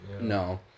No